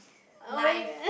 life